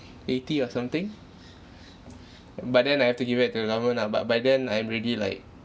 eighty or something but then I have to give it to the government ah but by then I'm already like